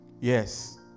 yes